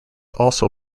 also